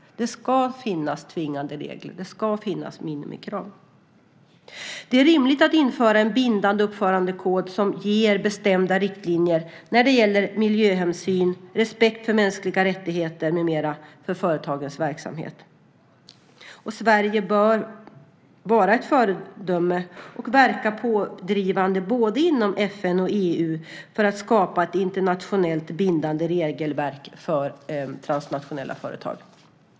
Det ska finnas tvingande regler och minimikrav. Det är rimligt att införa en bindande uppförandekod som ger bestämda riktlinjer när det gäller miljöhänsyn, respekt för mänskliga rättigheter med mera för företagens verksamhet. Sverige bör vara ett gott föredöme och verka pådrivande inom både FN och EU för att skapa ett internationellt bindande regelverk för transnationella företag.